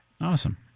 Awesome